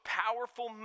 powerful